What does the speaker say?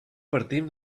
partim